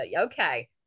Okay